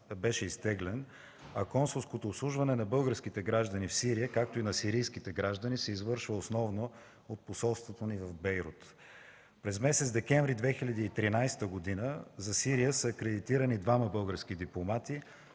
беше изтеглен, а консулското обслужване на българските граждани в Сирия, както и на сирийските граждани, се извършва основно от посолството ни в Бейрут. През месец декември 2013 г. за Сирия са акредитирани двама български дипломати,